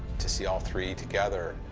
to see all three together,